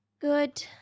good